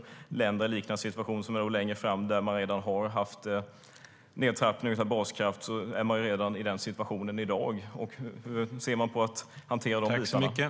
Det finns länder i liknande situation som ligger längre fram och där man redan har haft nedtrappning av baskraft. Där har man denna situation redan i dag. Hur ser ni på att hantera de bitarna?